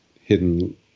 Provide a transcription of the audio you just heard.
hidden